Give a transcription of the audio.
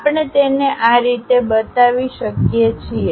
આપણે તેને આ રીતે બતાવી શકીએ છીએ